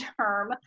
term